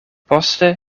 poste